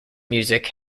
music